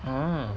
!huh!